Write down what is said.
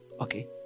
Okay